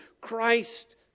Christ